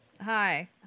Hi